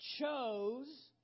Chose